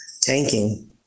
tanking